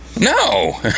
No